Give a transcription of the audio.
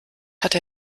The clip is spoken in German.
hatte